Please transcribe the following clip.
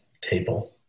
table